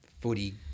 footy